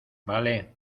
vale